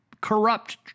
corrupt